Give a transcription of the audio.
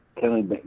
Kelly